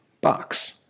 box